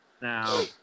Now